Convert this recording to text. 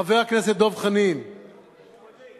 חבר הכנסת דב חנין, מודה.